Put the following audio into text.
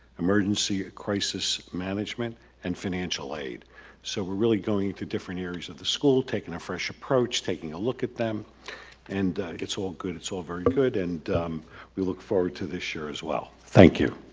emergency crisis management and financial aid so we're really going to different areas of the school taking a fresh approach taking a look at them and it's all good it's all very good and we look forward to this year as well thank you.